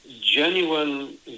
genuine